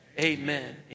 amen